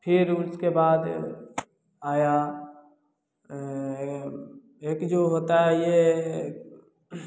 फ़िर उसके बाद आया एक जो होता है यह